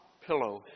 pillow